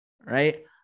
right